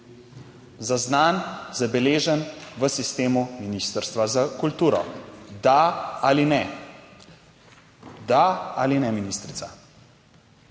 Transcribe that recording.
zaznan, zabeležen v sistemu Ministrstva za kulturo. Da ali ne? Da ali ne, ministrica?